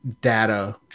data